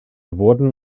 wurden